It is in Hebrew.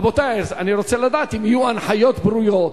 רבותי, אני רוצה לדעת אם יהיו הנחיות ברורות.